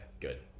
Good